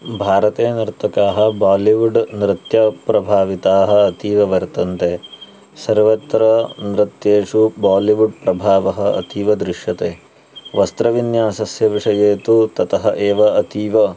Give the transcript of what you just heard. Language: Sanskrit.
भारते नर्तकाः बालिवुड् नृत्यप्रभाविताः अतीव वर्तन्ते सर्वत्र नृत्येषु बालिवुड् प्रभावः अतीव दृश्यते वस्त्रविन्यासस्य विषये तु ततः एव अतीव